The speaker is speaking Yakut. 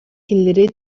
кинилэри